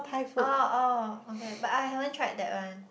oh oh okay but I haven't tried that one